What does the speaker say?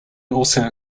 also